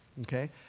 Okay